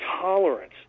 tolerance